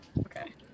Okay